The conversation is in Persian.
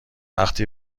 وقتی